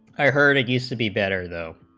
i heard eighties to be better the